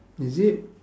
is it